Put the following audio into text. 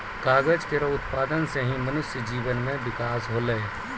कागज केरो उत्पादन सें ही मनुष्य जीवन म बिकास होलै